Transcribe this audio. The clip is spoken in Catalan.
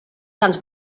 tants